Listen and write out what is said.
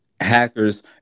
hackers